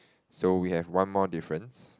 so we have one more difference